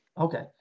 Okay